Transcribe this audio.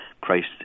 Christ